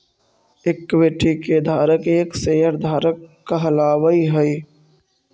equity के धारक एक शेयर धारक कहलावऽ हइ